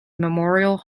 memorial